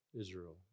Israel